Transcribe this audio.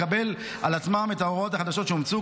לקבל על עצמם את ההוראות החדשות שאומצו,